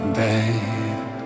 babe